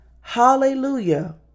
Hallelujah